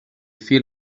feel